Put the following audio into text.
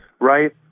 right